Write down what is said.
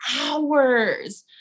hours